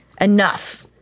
Enough